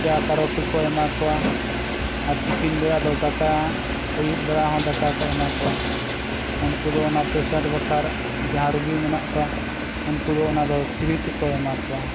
ᱪᱟ ᱯᱟᱣᱨᱩᱴᱤ ᱠᱚ ᱮᱢᱟ ᱠᱚᱣᱟ ᱟᱨ ᱛᱤᱠᱤᱱ ᱵᱮᱲᱟ ᱫᱚ ᱫᱟᱠᱟ ᱟᱹᱭᱩᱵ ᱵᱮᱲᱟ ᱦᱚᱸ ᱫᱟᱠᱟ ᱠᱚ ᱮᱢᱟ ᱠᱚᱣᱟ ᱩᱱᱠᱩ ᱫᱚ ᱚᱱᱟ ᱯᱮᱥᱮᱱᱴ ᱵᱟᱠᱷᱟᱨ ᱡᱟᱦᱟᱸ ᱨᱩᱜᱤ ᱢᱮᱱᱟᱜ ᱠᱚᱣᱟ ᱩᱱᱠᱩ ᱫᱚ ᱚᱱᱟ ᱫᱚ ᱯᱷᱨᱤ ᱛᱮᱠᱚ ᱮᱢᱟ ᱠᱚᱣᱟ